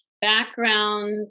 background